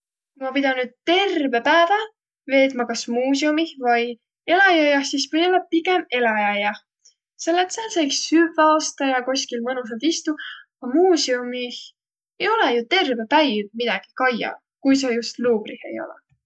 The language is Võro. Ma pidänü terve päävä veetmä ka muuseumih vai eläjäaiah, sis või-ollaq pigemb eläjäaiah, selle et sääl saa ika süvväq ostaq ja koskil mõnusalt istuq, a muuseumih ei olõq jo terve päiv midägi kaiaq, kui sa just Louvre'ih ei olõq.